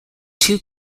two